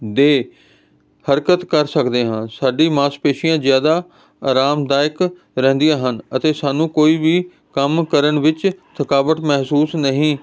ਦੇ ਹਰਕਤ ਕਰ ਸਕਦੇ ਹਾਂ ਸਾਡੀ ਮਾਸਪੇਸ਼ੀਆਂ ਜ਼ਿਆਦਾ ਆਰਾਮਦਾਇਕ ਰਹਿੰਦੀਆਂ ਹਨ ਅਤੇ ਸਾਨੂੰ ਕੋਈ ਵੀ ਕੰਮ ਕਰਨ ਵਿੱਚ ਥਕਾਵਟ ਮਹਿਸੂਸ ਨਹੀਂ